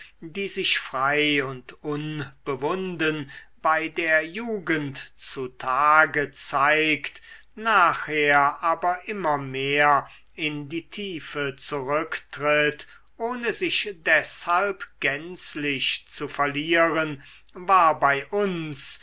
die sich frei und unbewunden bei der jugend zu tage zeigt nachher aber immer mehr in die tiefe zurücktritt ohne sich deshalb gänzlich zu verlieren war bei uns